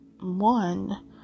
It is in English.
one